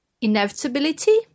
inevitability